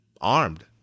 armed